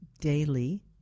daily